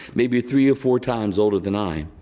maybe three or four times older than i.